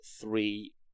three